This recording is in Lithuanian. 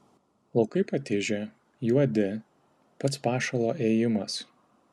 laukai patižę juodi pats pašalo ėjimas